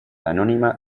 anónima